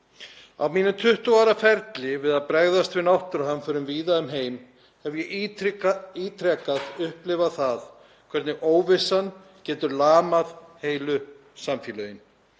Á mínum 20 ára ferli við að bregðast við náttúruhamförum víða um heim hef ég ítrekað upplifað það hvernig óvissan getur lamað heilu samfélögin.